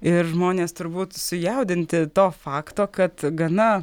ir žmonės turbūt sujaudinti to fakto kad gana